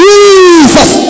Jesus